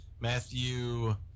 Matthew